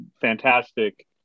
fantastic